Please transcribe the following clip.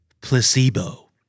Placebo